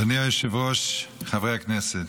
אדוני היושב-ראש, חברי הכנסת,